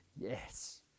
yes